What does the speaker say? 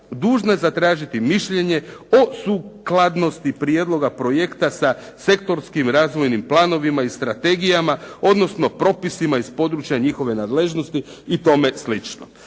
dužna je zatražiti mišljenje o sukladnosti prijedloga projekta sa sektorskim razvojnim planovima i strategijama, odnosno propisima iz područja njihove nadležnosti i tome slično.